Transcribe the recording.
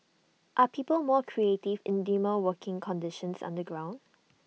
are people more creative in dimmer working conditions underground